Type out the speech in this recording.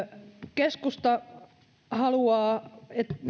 keskusta haluaa